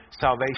salvation